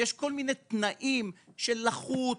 שיש כל מיני תנאים של לחות,